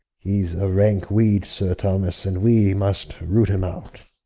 he's a ranke weed sir thomas, and we must root him out.